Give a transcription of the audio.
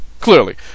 Clearly